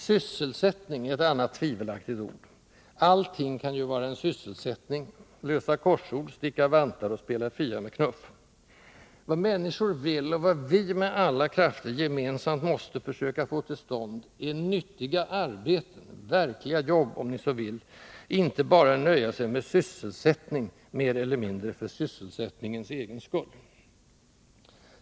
”Sysselsättning” är ett annat tvivelaktigt ord. Allting kan ju vara en ”sysselsättning”: lösa korsord, sticka vantar och spela fia med knuff. Vad människorna vill och vad vi med alla krafter — gemensamt — måste försöka få till stånd är nyttiga arbeten, verkliga jobb om ni så vill, inte bara nöja sig med ”sysselsättning” mer eller mindre för sysselsättningens egen skull.